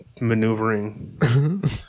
maneuvering